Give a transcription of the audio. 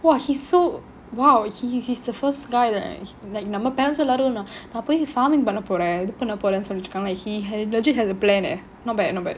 !wah! he so !wow! he he he's the first guy like he legit has a plan eh